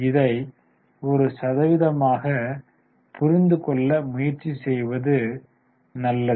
இதை ஒரு சதவீதமாக புரிந்து கொள்ள முயற்சி செய்வது நல்லது